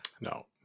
No